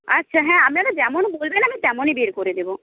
আচ্ছা হ্যাঁ আপনারা যেমন বলবেন আমি তেমনই বের করে দেবো